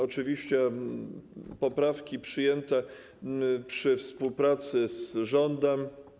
Oczywiście poprawki przyjęte przy współpracy z rządem.